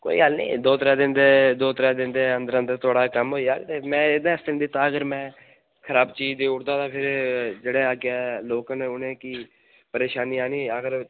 कोई गल्ल निं दो त्रै दिन दे दो त्रै दिन दे अंदर अंदर थुआढ़ा कम्म होई जाग मैं एहदे आस्तै निं दित्ता अगर मैं खराब चीज देई ओड़दा तां फिर जेह्ड़े अग्गें लोकल न उनेंगी परेशानी आनी ही आखर